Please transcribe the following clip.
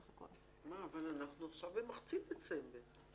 אבל אנחנו עכשיו במחצית דצמבר.